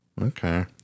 Okay